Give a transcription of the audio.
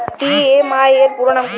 EMI এর পুরোনাম কী?